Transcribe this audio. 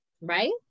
right